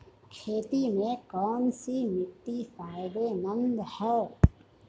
खेती में कौनसी मिट्टी फायदेमंद है?